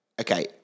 Okay